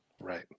Right